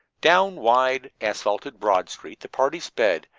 down wide, asphalted broad street the party sped,